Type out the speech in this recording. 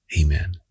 Amen